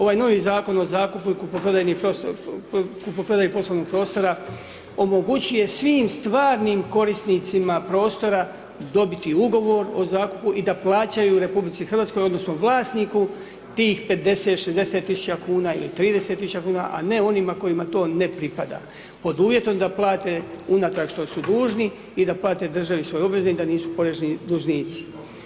Ovaj novi Zakon o zakupu i kupoprodaji poslovnog prostora omogućuje svim stvarnim korisnicima prostora dobiti ugovor o zakupu i da plaćaju RH odnosno vlasniku tih 50, 60 tisuća kuna ili 30 tisuća kuna, a ne onima kojima to ne pripada, pod uvjetom da plate unatrag što su dužni i da plate državi svoje obveze i da nisu porezni dužnici.